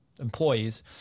Employees